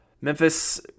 Memphis